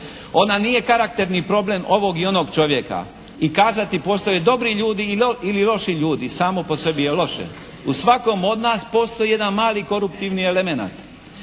Ona nije karakterni problem ovog i onog čovjeka. I kazati postoje dobri ljudi ili loši ljudi samo po sebi je loše. U svakom od nas postoji jedan mali koruptivni elemenata.